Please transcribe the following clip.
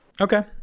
Okay